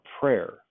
prayer